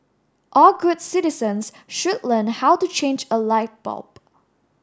all good citizens should learn how to change a light bulb